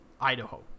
Idaho